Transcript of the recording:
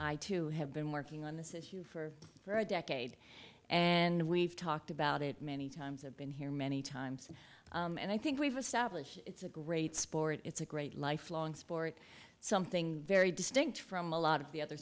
i too have been working on this issue for for a decade and we've talked about it many times i've been here many times and i think we've established it's a great sport it's a great lifelong sport something very distinct from a lot of the other